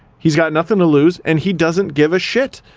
he's got nothing to lose, and he doesn't give a shit.